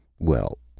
well.